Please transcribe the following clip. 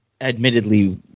admittedly